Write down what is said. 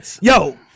Yo